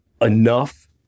enough